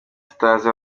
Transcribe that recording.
tutazi